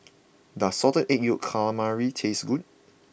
does Salted Egg Calamari taste good